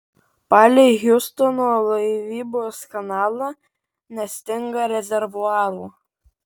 palei hjustono laivybos kanalą nestinga rezervuarų